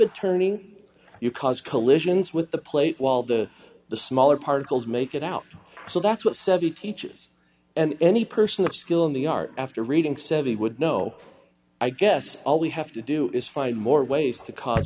turning you cause collisions with the plate while the the smaller particles make it out so that's what seti teaches and any person of skill in the art after reading said he would know i guess all we have to do is find more ways to cause